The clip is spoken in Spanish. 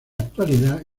actualidad